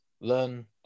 learn